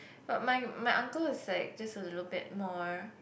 but my my uncle is like just a little bit more